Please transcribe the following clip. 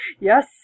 Yes